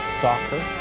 soccer